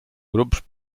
grups